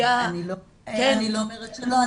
אני לא אומרת שלא,